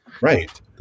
Right